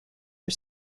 for